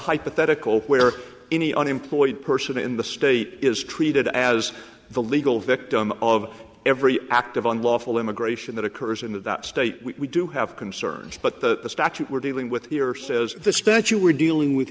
hypothetical where any unemployed person in the state is treated as the legal victim of every act of unlawful immigration that occurs in that state we do have concerns but the statute we're dealing with here says the statue we're dealing with